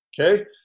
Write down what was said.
Okay